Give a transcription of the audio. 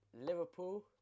Liverpool